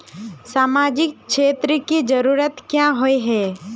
सामाजिक क्षेत्र की जरूरत क्याँ होय है?